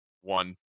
One